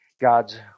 God's